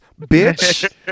bitch